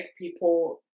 people